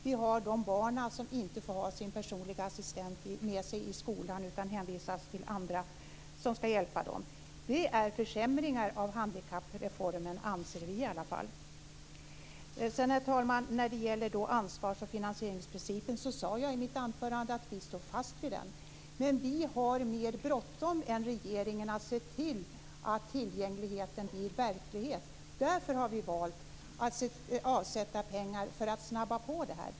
Vi har barn som inte får ha sin personliga assistent med sig i skolan, utan hänvisas till andra som ska hjälpa dem. Det är försämringar av handikappreformen, anser vi i alla fall. Herr talman! I mitt anförande sade jag att vi står fast vid ansvars och finansieringsprincipen. Men vi har mer bråttom än regeringen att se till att tillgängligheten blir verklighet. Därför har vi valt att avsätta pengar för att snabba på detta.